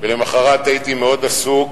ולמחרת הייתי מאוד עסוק,